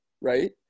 right